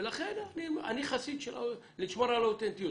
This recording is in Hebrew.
ולכן אני חסיד של לשמור על האותנטיות.